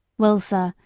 well, sir,